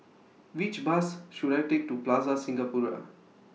Which Bus should I Take to Plaza Singapura